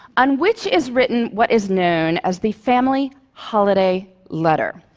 on which is written what is known as the family holiday letter.